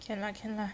can lah can lah